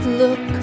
look